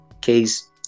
case